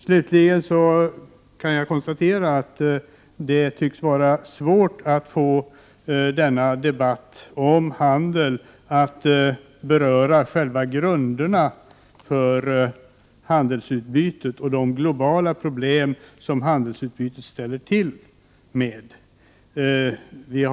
Slutligen kan jag konstatera att det tycks vara svårt att få denna debatt om handeln att beröra själva grunderna för handelsutbytet och de globala problem som handelsutbytet ställer till med.